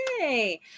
Yay